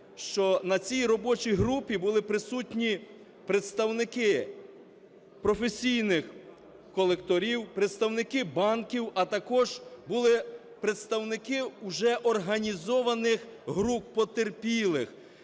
що на цій робочій групі були присутні представники професійних колекторів, представники банків, а також були представники уже організованих груп потерпілих,